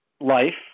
life